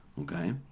Okay